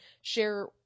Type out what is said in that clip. share